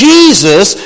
Jesus